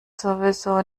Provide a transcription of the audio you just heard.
sowieso